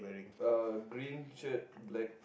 uh green shirt black